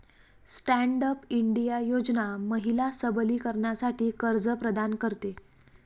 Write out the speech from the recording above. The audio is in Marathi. स्टँड अप इंडिया योजना महिला सबलीकरणासाठी कर्ज प्रदान करते